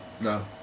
no